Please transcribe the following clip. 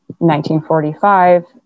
1945